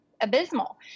abysmal